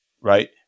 Right